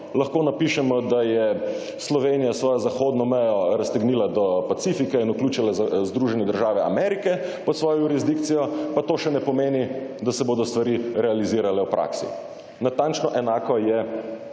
lahko napišemo, da je Slovenija s svojo zahodno mejo raztegnila do Pacifika in vključila Združene države Amerike pod svojo jurisdikcijo, pa to še ne pomeni, da se bodo stvari realizirale v praksi. Natančno enako je